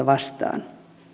vastaan